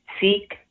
seek